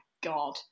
god